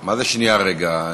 מה זה "שנייה, רגע"?